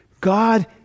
God